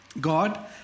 God